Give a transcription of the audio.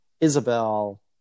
Isabel